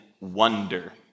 wonder